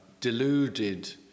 deluded